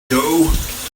dough